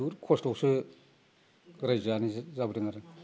बुहुद खस्थ'आवसो रायजो जानाय जाबोदों आरो